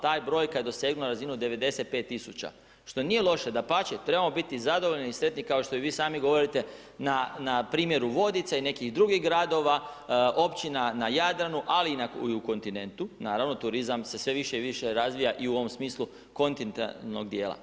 Ta je brojka dosegnula razinu 95 000 što nije loše, da pače, trebamo biti zadovoljni i sretni kao što i vi sami govorite na primjeru Vodica i nekih drugih gradova, općina na Jadranu ali i na kontinentu, naravno, turizam se sve više i više razvija i u ovom smislu kontinentalnog djela.